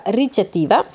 ricettiva